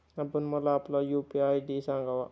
आपण मला आपला यू.पी.आय आय.डी सांगा